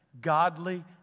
godly